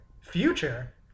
Future